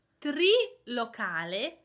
trilocale